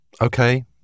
okay